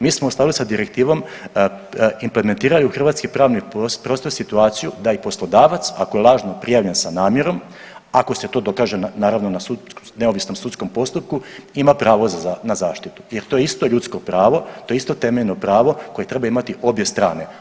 Mi smo u skladu s direktivom implementirali u hrvatski pravni prostor situaciju da i poslodavac ako je lažno prijavljen sa namjerom, ako se to dokaže naravno na neovisnom sudskom postupku ima pravo na zaštitu jer to je isto ljudsko pravo, to je isto temeljno pravo koje trebaju imati obje strane.